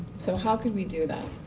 so, how could we do that?